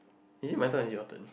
is it my turn or your turn